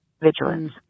vigilance